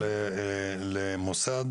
למוסד